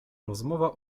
rozmowa